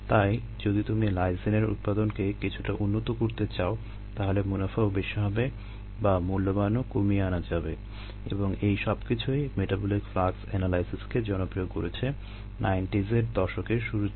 তাই যদি তুমি লাইসিনের উৎপাদনকে কিছুটা উন্নত করতে চাও তাহলে মুনাফাও বেশি হবে বা মূল্যমানও কমিয়ে আনা যাবে এবং এই সবকিছুই মেটাবলিক ফ্লাক্স এনালাইসিসকে জনপ্রিয় করেছে 90 এর দশকের শুরুর দিকে